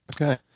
Okay